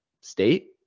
state